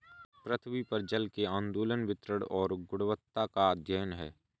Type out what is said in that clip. पृथ्वी पर जल के आंदोलन वितरण और गुणवत्ता का अध्ययन है